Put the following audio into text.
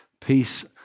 Peace